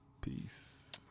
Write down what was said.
Peace